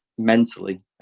Mentally